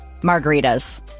margaritas